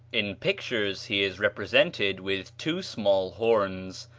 in pictures he is represented with two small horns,